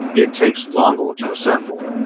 it takes longer to assemble.